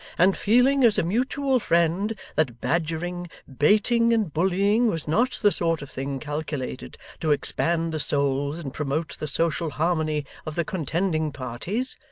and feeling as a mutual friend that badgering, baiting, and bullying, was not the sort of thing calculated to expand the souls and promote the social harmony of the contending parties,